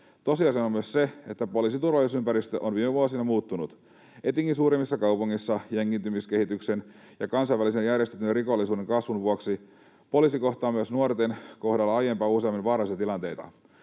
Tosiasia on myös se, että poliisin turvallisuusympäristö on viime vuosina muuttunut. Etenkin suurimmissa kaupungeissa jengiytymiskehityksen ja kansainvälisen järjestäytyneen rikollisuuden kasvun vuoksi poliisi kohtaa myös nuorten kohdalla aiempaa useammin vaarallisia tilanteita.